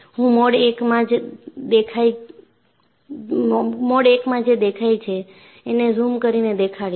હું મોડ 1 માં જે દેખાઈ છે એને ઝૂમ કરીને દેખાડીશ